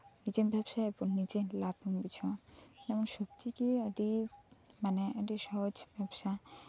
ᱱᱤᱡᱮᱢ ᱵᱮᱵᱥᱟᱭᱟ ᱟᱵᱟᱨ ᱱᱤᱡᱮ ᱞᱟᱵᱮᱢ ᱵᱩᱡᱷᱟᱹᱣᱟ ᱥᱚᱛᱛᱤ ᱜᱮ ᱢᱟᱱᱮ ᱟᱹᱰᱤ ᱥᱚᱦᱚᱡ ᱵᱮᱵᱥᱟ